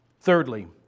Thirdly